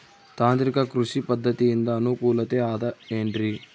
ತಾಂತ್ರಿಕ ಕೃಷಿ ಪದ್ಧತಿಯಿಂದ ಅನುಕೂಲತೆ ಅದ ಏನ್ರಿ?